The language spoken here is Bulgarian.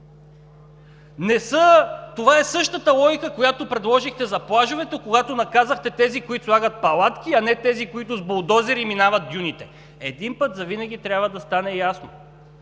Това е същата логика, която предложихте за плажовете, когато наказахте тези, които слагат палатки, а не тези, които с булдозери минават дюните. Един път завинаги трябва да стане ясно,